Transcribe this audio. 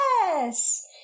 Yes